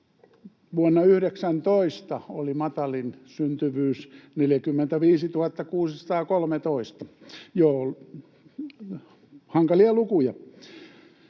Vuonna 2019 oli matalin syntyvyys, 45 613. — Joo, hankalia lukuja.